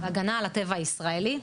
והגנה על הטבע הישראלי.